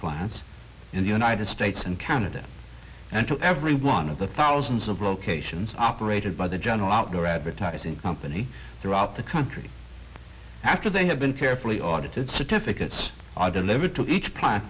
plants in the united states and canada and to every one of the thousands of locations operated by the general outdoor advertising company throughout the country after they have been carefully audited certificates are delivered to each